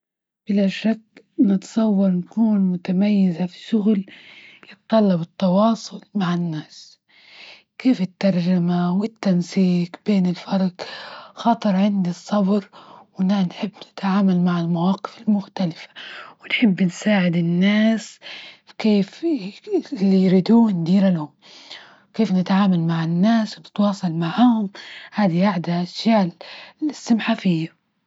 بلا شك نتصور نكون متميزة في شغل يتطلب التواصل مع الناس، كيف الترجمة والتنسيق، بين الفرج خاطر عندي الصبر، وأنا نحب نتعامل مع المواقف المختلفة، ونحب نساعد الناس كيف- كيف اللي يريدون ديره لهم؟ كيف نتعامل مع الناس ونتواصل معاهم؟ هذي آعدة أشياء السمحة فيا.